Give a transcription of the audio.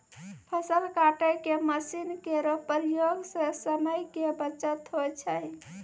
फसल काटै के मसीन केरो प्रयोग सें समय के बचत होय छै